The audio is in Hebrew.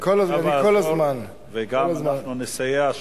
וגם אנחנו נסייע,